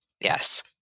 Yes